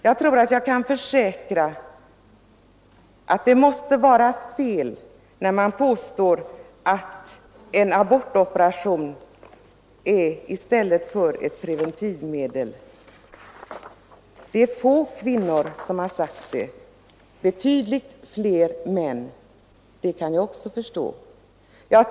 Jag tror jag kan försäkra att det är fel när man påstår att en abortoperation tillgrips i stället för preventivmedel. Det är få kvinnor som har sagt detta — det är betydligt fler män, och det kan jag också förstå.